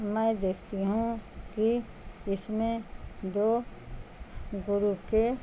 میں دیکھتی ہوں کہ اس میں دو گرو کے